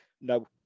No